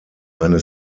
eine